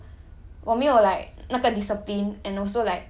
if 如果不是他的话我到现在我就